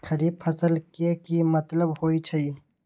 खरीफ फसल के की मतलब होइ छइ?